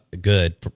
Good